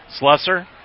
slusser